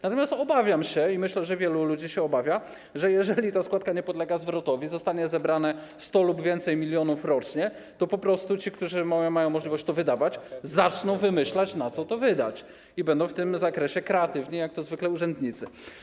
Natomiast obawiam się, i myślę, że wielu ludzi się obawia, że jeżeli ta składka nie podlega zwrotowi, zostanie zebrane 100 lub więcej milionów rocznie, to po prostu ci, którzy mają możliwość to wydawać, zaczną wymyślać, na co to wydać, i będą w tym zakresie kreatywni, jak to zwykle urzędnicy.